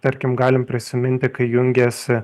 tarkim galim prisiminti kai jungėsi